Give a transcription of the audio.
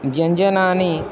व्यञ्जनानि